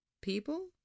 People